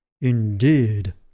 Indeed